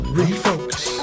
refocus